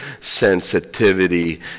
sensitivity